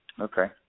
okay